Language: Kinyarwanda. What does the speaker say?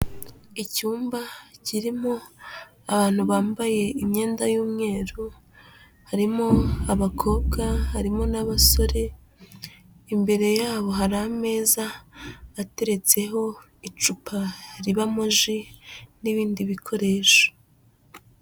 Icyumba kirimo abantu bambaye imyenda y'umweru, harimo abakobwa, harimo n'abasore, imbere yabo hari ameza ateretseho icupa ribamo ji n'ibindi bikoresho.